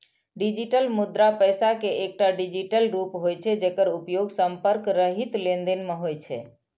digital मुद्रा पैसा के एकटा डिजिटल रूप होइ छै, जेकर उपयोग संपर्क रहित लेनदेन मे होइ छै